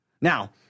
Now